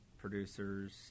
producers